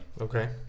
Okay